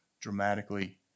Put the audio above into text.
dramatically